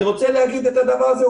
אני רוצה להגיד את הדבר הזה.